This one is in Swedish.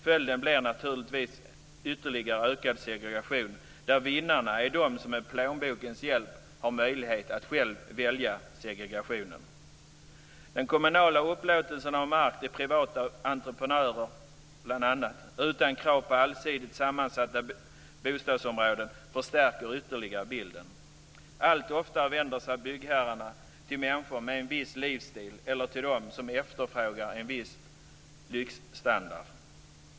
Följden blir naturligtvis en ökad segregation där vinnarna är de som med plånbokens hjälp har möjlighet att själva välja segregationen. Den kommunala upplåtelsen av mark till bl.a. privata entreprenörer, utan krav på allsidigt sammansatta bostadsområden, förstärker ytterligare bilden. Allt oftare vänder sig byggherrarna till människor med en viss livsstil eller till dem som efterfrågar en viss lyxstandard.